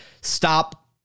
stop